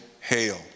hail